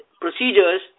procedures